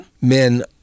men